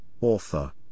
author